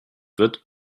wird